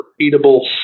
repeatable